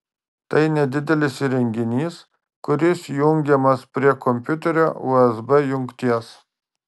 tai nedidelis įrenginys kuris jungiamas prie kompiuterio usb jungties